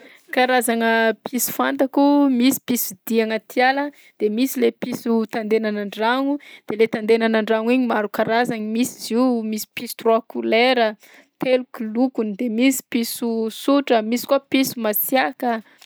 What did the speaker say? Karazagna piso fantako: misy pisodia agnaty ala de misy le piso tandenana an-dragno de le tadenana an-dragno igny maro karazagny: misy izy io misy piso trois kolera, telo kolokony de misy piso sotra, de misy koa piso masiaka.